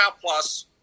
Plus